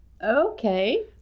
okay